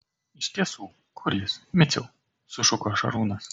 iš tiesų kur jis miciau sušuko šarūnas